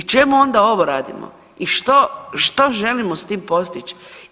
I čemu onda ovo radimo i što želimo s tim postići?